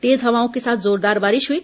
तेज हवाओं के साथ जोरदार बारिश हुई